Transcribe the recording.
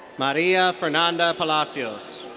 maria fernanda palacios.